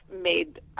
made